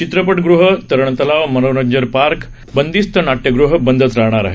चित्रपटगृह तरण तलाव मनोरंजन पार्क बंदिस्त नाट्यगृह बंदच राहाणार आहेत